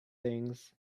things